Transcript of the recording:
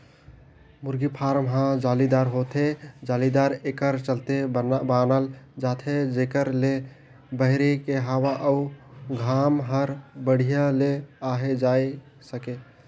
मुरगी फारम ह जालीदार होथे, जालीदार एकर चलते बनाल जाथे जेकर ले बहरी के हवा अउ घाम हर बड़िहा ले आये जाए सके